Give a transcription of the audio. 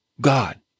God